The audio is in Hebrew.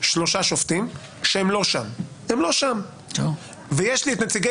שלושה שופטים שהם לא שם ויש לי את נציגי